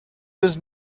was